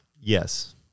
Yes